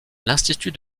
l’institut